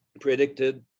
predicted